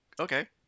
okay